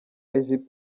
egypt